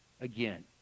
Again